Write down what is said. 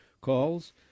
calls